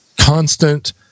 constant